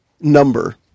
number